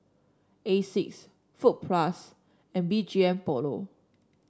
Asics Fruit Plus and B G M Polo